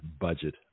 budget